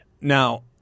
Now